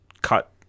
cut